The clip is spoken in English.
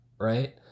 right